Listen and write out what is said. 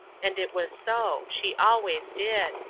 and it was so she always did.